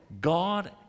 God